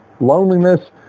loneliness